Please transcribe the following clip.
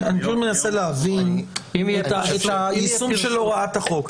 אני מנסה להבין את היישום של הוראת החוק.